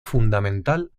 fundamental